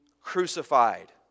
crucified